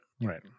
Right